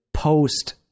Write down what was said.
Post